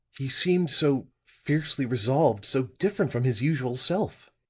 he seemed so fiercely resolved, so different from his usual self.